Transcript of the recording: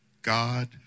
God